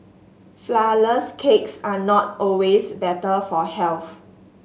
flourless cakes are not always better for health